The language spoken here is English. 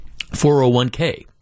401k